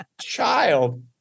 child